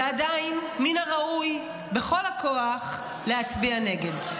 ועדיין, מן הראוי להצביע נגד בכל הכוח.